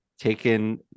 taken